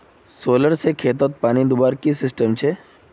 Solar से खेतोत पानी दुबार की सिस्टम छे?